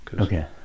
okay